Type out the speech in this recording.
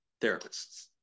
therapists